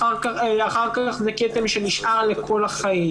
זה כתם שנשאר לכל החיים.